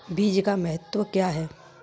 बीज का महत्व क्या है?